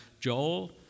Joel